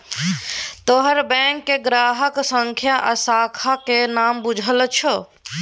तोहर बैंकक ग्राहक संख्या आ शाखाक नाम बुझल छौ